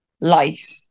life